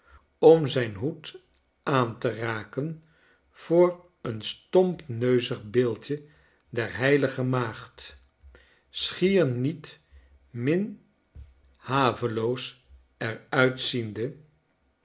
om zijn hoed aan te raken voor een stompneuzig beeldje der h maagd schier niet min haveloos er uitziende